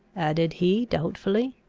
added he, doubtfully.